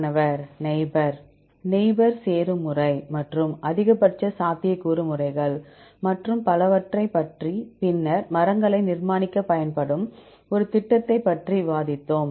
மாணவர் neighbour neighbour சேரும் முறை மற்றும் அதிகபட்ச சாத்தியக்கூறு முறைகள் மற்றும் பலவற்றைப் பற்றி பின்னர் மரங்களை நிர்மாணிக்கப் பயன்படும் ஒரு திட்டத்தைப் பற்றி விவாதித்தோம்